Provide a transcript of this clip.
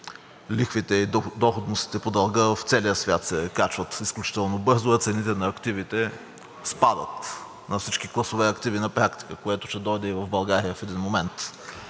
лихвите и доходностите по дълга в целия свят се качват изключително бързо, а цените на активите спадат, на всички класове активи на практика, което ще дойде и в България в един момент.